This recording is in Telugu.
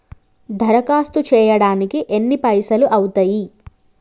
దరఖాస్తు చేయడానికి ఎన్ని పైసలు అవుతయీ?